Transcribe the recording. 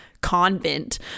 convent